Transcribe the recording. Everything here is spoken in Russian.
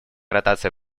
ротация